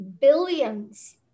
billions